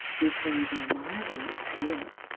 we play by my rules here.